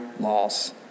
laws